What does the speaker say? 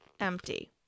empty